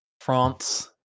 France